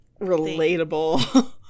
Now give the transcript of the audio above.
Relatable